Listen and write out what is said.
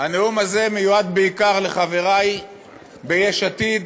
הנאום הזה מיועד בעיקר לחברי ביש עתיד